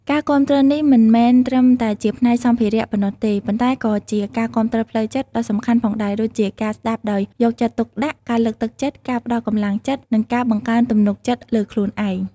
ការគាំទ្រនេះមិនមែនត្រឹមតែផ្នែកសម្ភារៈប៉ុណ្ណោះទេ ប៉ុន្តែក៏ជា ការគាំទ្រផ្លូវចិត្ត ដ៏សំខាន់ផងដែរ ដូចជាការស្ដាប់ដោយយកចិត្តទុកដាក់ ការលើកទឹកចិត្ត ការផ្ដល់កម្លាំងចិត្ត និងការបង្កើនទំនុកចិត្តលើខ្លួនឯង។